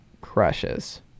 crushes